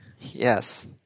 Yes